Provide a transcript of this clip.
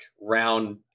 round